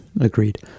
agreed